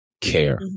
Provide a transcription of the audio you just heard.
care